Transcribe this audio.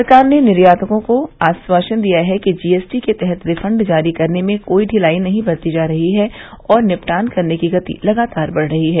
सरकार ने निर्यातकों को आश्वासन दिया है कि जीएसटी के तहत रिफंड जारी करने में कोई ढिलाई नहीं बरती जा रही है और निपटान करने की गति लगातार बढ़ रही है